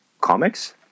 comics